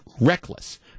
reckless